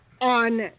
on